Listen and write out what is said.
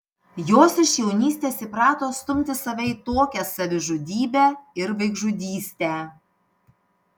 jos iš jaunystės įprato stumti save į tokią savižudybę ir vaikžudystę